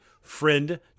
friend